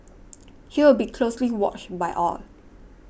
he will be closely watched by all